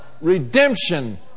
redemption